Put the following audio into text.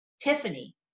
Tiffany